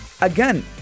Again